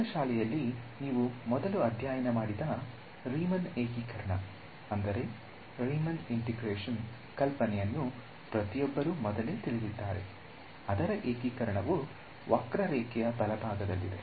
ಪ್ರೌಢ ಶಾಲೆಯಲ್ಲಿ ನೀವು ಮೊದಲು ಅಧ್ಯಯನ ಮಾಡಿದ ರೀಮನ್ ಏಕೀಕರಣದ ಕಲ್ಪನೆಯನ್ನು ಪ್ರತಿಯೊಬ್ಬರೂ ಮೊದಲೇ ತಿಳಿದಿದ್ದಾರೆ ಅದರ ಏಕೀಕರಣವು ವಕ್ರರೇಖೆಯ ಬಲಭಾಗದಲ್ಲಿದೆ